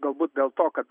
galbūt dėl to kad